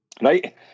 right